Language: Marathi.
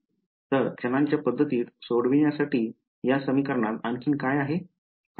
तर क्षणांच्या पध्दतीत सोडवण्यासाठी या समीकरणात आणखी काय आहे काय होईल